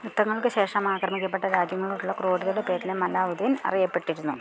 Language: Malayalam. യുദ്ധങ്ങള്ക്ക് ശേഷം ആക്രമിക്കപ്പെട്ട രാജ്യങ്ങളോടുള്ള ക്രൂരതയുടെ പേരിലും അലാവുദ്ദീൻ അറിയപ്പെട്ടിരുന്നു